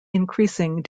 increasing